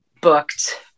booked